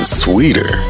sweeter